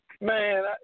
man